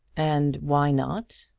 and why not?